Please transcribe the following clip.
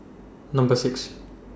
Number six